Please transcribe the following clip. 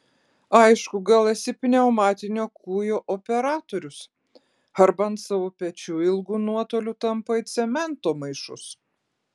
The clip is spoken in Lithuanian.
aišku gal esi pneumatinio kūjo operatorius arba ant savo pečių ilgu nuotoliu tampai cemento maišus